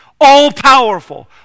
All-powerful